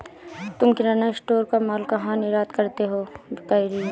तुम किराना स्टोर का मॉल कहा निर्यात करते हो करीम?